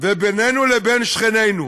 ובינינו לבין שכנינו,